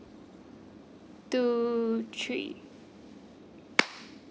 two three